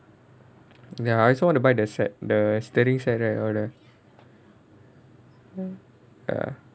ya I also want to buy the set the steering server and all that ya